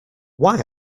why